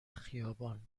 خیابان